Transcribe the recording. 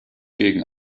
gegen